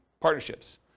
partnerships